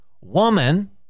woman